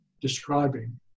describing